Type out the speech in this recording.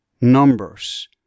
numbers